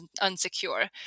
unsecure